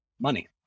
money